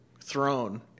throne